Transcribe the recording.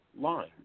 line